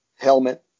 helmet